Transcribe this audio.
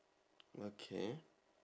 okay